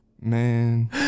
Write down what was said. man